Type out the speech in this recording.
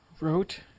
Wrote